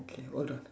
okay hold on